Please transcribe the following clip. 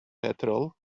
petrol